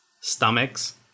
stomachs